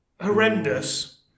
horrendous